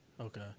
okay